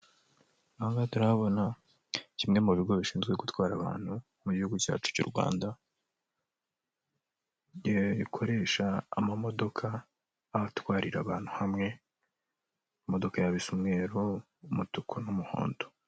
Aha ngaha turahabona kimwe mu bigo bishinzwe gutwara abantu mu Gihugu cyacu cy'u Rwanda mu gihe ikoresha amamodoka atwarira abantu hamwe. Imodoka ya bo isa umweru, umutuku n'umuhondo.